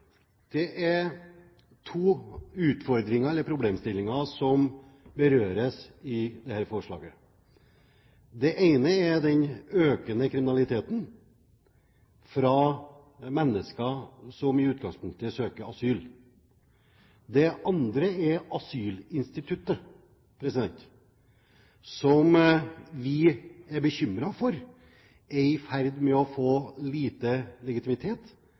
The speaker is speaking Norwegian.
den økende kriminaliteten blant mennesker som i utgangspunktet søker asyl. Den andre er asylinstituttet, som vi er bekymret for er i ferd med å få lite legitimitet,